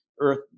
Earth